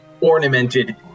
ornamented